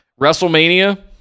WrestleMania